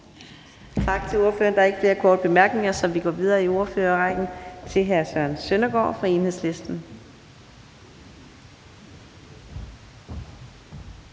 Tak til ordføreren. Der er ikke flere korte bemærkninger, så vi går videre i ordførerrækken til hr. Søren Søndergaard fra Enhedslisten.